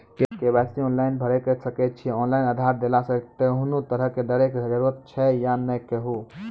KYC online भैरि सकैत छी, ऑनलाइन आधार देलासॅ कुनू तरहक डरैक जरूरत छै या नै कहू?